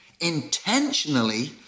intentionally